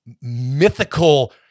mythical